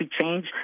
change